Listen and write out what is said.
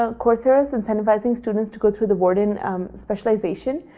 ah coursera is incentivizing students to go through the warden specialization.